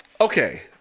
Okay